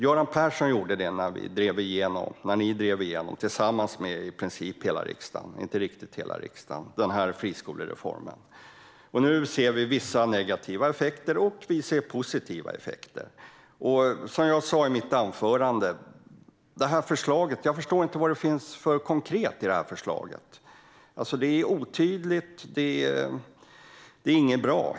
Göran Persson gjorde det när ni tillsammans med nästan hela riksdagen drev igenom friskolereformen. Nu ser vi både negativa och positiva effekter av den. Som jag sa i mitt anförande förstår jag inte vad det finns för konkret i regeringens förslag. Det är otydligt och inte bra.